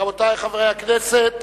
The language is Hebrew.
רבותי חברי הכנסת,